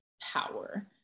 power